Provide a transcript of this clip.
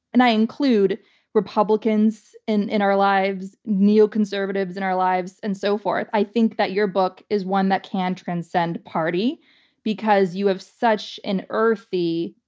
and i include republicans in in our lives, neoconservatives in our lives, and so forth. i think that your book is one that can transcend party because you have such an earthy,